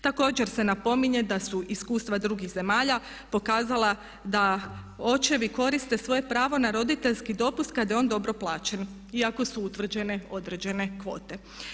Također se napominje da su iskustva drugih zemalja pokazala da očevi koriste svoje pravo na roditeljski dopust kada je on dobro plaćen iako su utvrđene određene kvote.